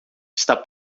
está